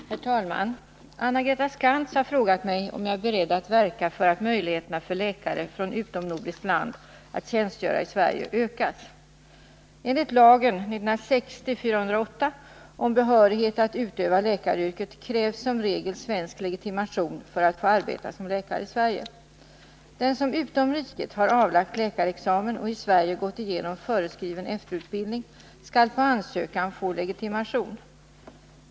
Herr talman! Anna-Greta Skantz har frågat mig om jag är beredd att verka för att möjligheterna för läkare från utomnordiskt land att tjänstgöra i Sverige ökas. Enligt lagen om behörighet att utöva läkaryrket krävs som regel svensk legitimation för att få arbeta som läkare i Sverige. Den som utom riket har avlagt läkarexamen och i Sverige gått igenom föreskriven efterutbildning skall på ansökan få legitimation.